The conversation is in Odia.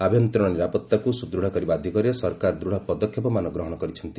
ଆଭ୍ୟନ୍ତରୀଣ ନିରାପତ୍ତାକୁ ସୁଦୃଢ଼ କରିବା ଦିଗରେ ସରକାର ଦୃଢ଼ ପଦକ୍ଷେପମାନ ଗ୍ରହଣ କରିଛନ୍ତି